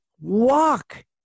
walk